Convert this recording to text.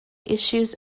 issues